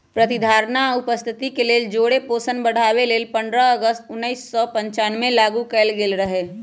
प्रतिधारणा आ उपस्थिति लेल जौरे पोषण बढ़ाबे लेल पंडह अगस्त उनइस सौ पञ्चानबेमें लागू कएल गेल रहै